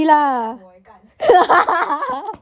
有点像我 eh gan